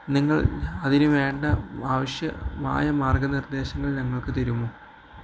നിങ്ങൾ അതിനുവേണ്ട ആവശ്യമായ മാർഗനിർദ്ദേശങ്ങൾ ഞങ്ങൾക്ക് തരുമോ